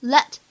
Let